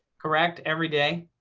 correct, every day.